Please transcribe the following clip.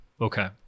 Okay